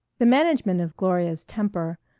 the management of gloria's temper,